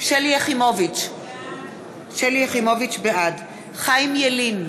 שלי יחימוביץ, בעד חיים ילין,